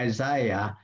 Isaiah